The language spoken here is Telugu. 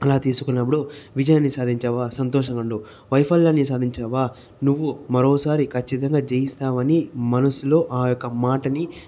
అలా తీసుకున్నప్పుడు విజయాన్ని సాధించావా సంతోషంగా ఉండు వైఫల్యాన్ని సాధించావా నువ్వు మరోసారి ఖచ్చితంగా జయిస్తావని మనసులో ఆ యొక్క మాటని